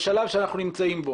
בשלב שאנחנו נמצאים בו,